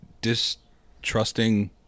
distrusting